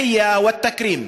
אתה ראוי לכל ברכה והערכה.